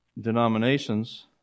denominations